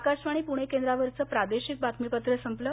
आकाशवाणी पुणे केंद्रावरचं प्रादेशिक बातमीपत्र संपलं